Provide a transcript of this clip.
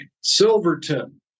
Silverton